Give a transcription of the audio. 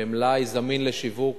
במלאי זמין לשיווק.